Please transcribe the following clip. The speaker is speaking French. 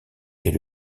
est